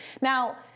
now